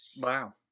wow